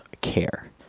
care